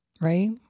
Right